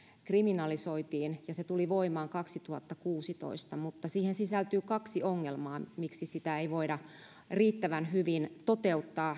kriminalisoitiin ja se tuli voimaan kaksituhattakuusitoista mutta siihen sisältyy kaksi ongelmaa minkä vuoksi sitä lain tulkintaa ei voida riittävän hyvin toteuttaa